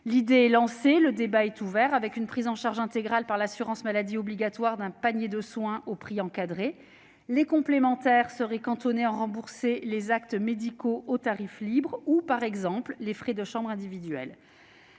L'idée est lancée, le débat est ouvert. Il s'agit d'une prise en charge intégrale par l'assurance maladie obligatoire d'un panier de soins aux prix encadrés. Les complémentaires seraient cantonnées à rembourser les actes médicaux aux tarifs libres ou, par exemple, les frais de chambre individuelle.